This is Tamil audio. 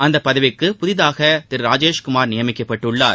அந்த பதவிக்கு புதிதாக திரு ராஜேஷ்குமார் நியமிக்கப்பட்டுள்ளார்